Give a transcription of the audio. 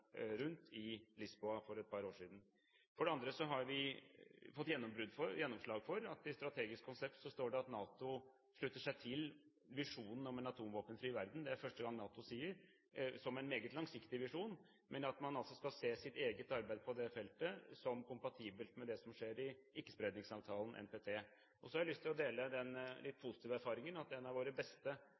i Lisboa for et par år siden. For det andre har vi fått gjennomslag for at det i strategisk konsept står at NATO slutter seg til visjonen om en atomvåpenfri verden – det er det første gang NATO sier – som en meget langsiktig visjon, men at man skal se sitt eget arbeid på det feltet som kompatibelt med det som skjer i Ikke-spredningsavtalen, NPT. Så har jeg lyst til å dele den litt positive erfaringen at en av våre beste